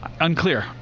Unclear